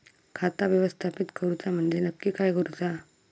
खाता व्यवस्थापित करूचा म्हणजे नक्की काय करूचा?